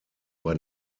bei